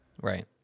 Right